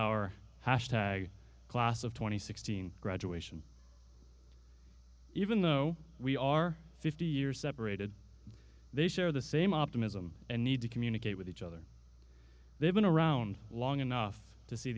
and sixteen graduation even though we are fifty years separated they share the same optimism and need to communicate with each other they've been around long enough to see